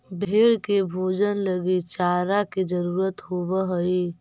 भेंड़ के भोजन लगी चारा के जरूरत होवऽ हइ